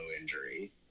injury